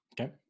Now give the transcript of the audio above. okay